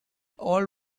all